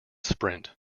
sprint